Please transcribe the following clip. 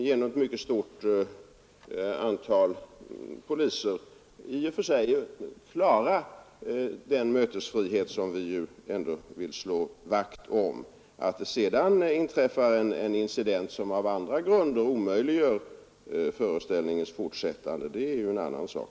Är statsrådet beredd att verka för att landets ungdomsorganisationer på något sätt kompenseras för den ökade informationsverksamhet, som organisationerna genomfört i samband med övergången till statligt aktivitetsstöd?